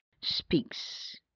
speaks